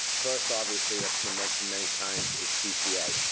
first, obviously, that's been mentioned many times is tpa.